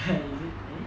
there is it eh